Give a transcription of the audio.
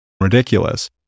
ridiculous